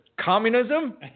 communism